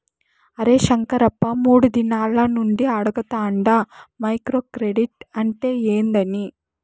అరే శంకరప్ప, మూడు దినాల నుండి అడగతాండ మైక్రో క్రెడిట్ అంటే ఏందని